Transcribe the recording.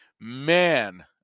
Man